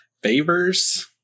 favors